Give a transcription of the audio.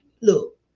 look